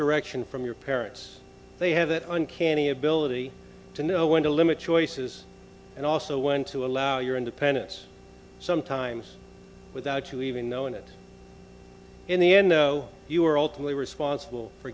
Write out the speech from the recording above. direction from your parents they have that uncanny ability to know when to limit choices and also when to allow your independence sometimes without you even knowing it in the end though you are ultimately responsible for